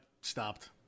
stopped